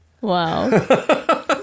Wow